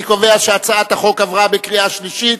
אני קובע שהצעת החוק עברה בקריאה שלישית